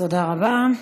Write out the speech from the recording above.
תודה רבה.